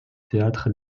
théâtre